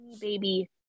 baby